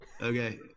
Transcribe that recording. Okay